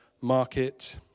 market